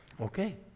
Okay